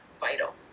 vital